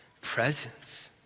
presence